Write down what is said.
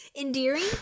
Endearing